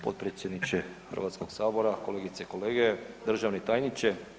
podpredsjedniče Hrvatskog sabora, kolegice i kolege, državni tajniče.